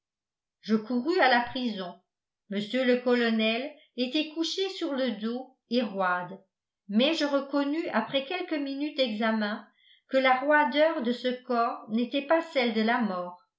je courus à la prison mr le colonel était couché sur le dos et roide mais je reconnus après quelques minutes d'examen que la roideur de ce corps n'était pas celle de la mort